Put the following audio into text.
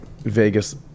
Vegas